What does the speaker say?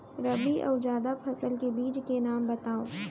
रबि अऊ जादा फसल के बीज के नाम बताव?